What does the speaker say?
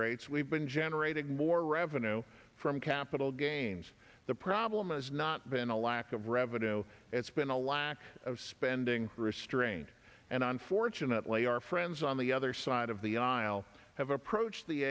rates we've been generating more revenue from capital gains the problem has not been a lack of revenue it's been a lack of spending restraint and unfortunately our friends on the other side of the aisle have approached the